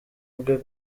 bwe